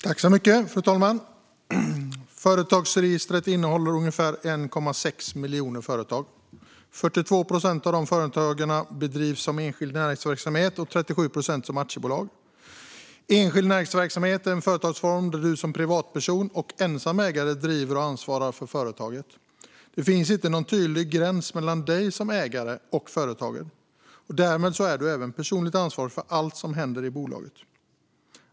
Fru talman! Företagsregistret innehåller ungefär 1,6 miljoner företag. 42 procent av företagen bedrivs som enskild näringsverksamhet och 37 procent som aktiebolag. Enskild näringsverksamhet är en företagsform där du som privatperson och ensam ägare driver och ansvarar för företaget. Det finns inte någon tydlig gräns mellan dig som ägare och företaget. Därmed är du även personligt ansvarig för allt som händer i bolaget.